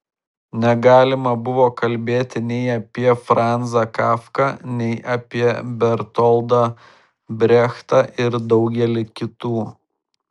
negalima buvo kalbėti nei apie franzą kafką nei apie bertoldą brechtą ir daugelį kitų